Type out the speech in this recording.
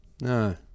No